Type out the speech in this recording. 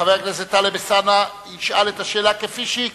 חבר הכנסת טלב אלסאנע ישאל את השאלה כפי שהיא כתובה.